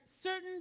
certain